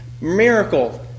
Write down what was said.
miracle